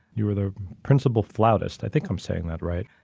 you were the principal flutist, i think i'm saying that right,